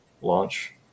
launch